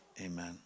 Amen